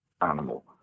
animal